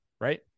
right